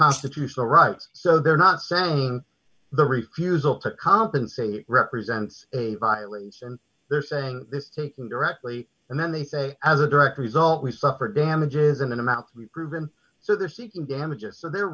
constitutional rights so they're not sending the refusal to compensate represents a violation they're saying if taken directly and then they say as a direct result we suffer damages in an amount to be proven so they're seeking damages so they're